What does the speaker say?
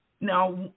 Now